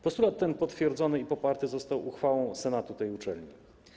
Postulat ten potwierdzony i poparty został uchwałą senatu tej uczelni.